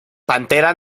pantera